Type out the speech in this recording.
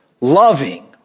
loving